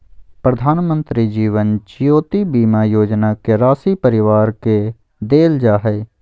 प्रधानमंत्री जीवन ज्योति बीमा योजना के राशी परिवार के देल जा हइ